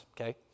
Okay